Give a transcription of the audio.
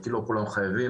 כי לא כולם חייבים,